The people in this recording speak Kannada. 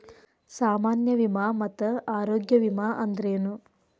ಸಾಮಾನ್ಯ ವಿಮಾ ಮತ್ತ ಆರೋಗ್ಯ ವಿಮಾ ಅಂದ್ರೇನು?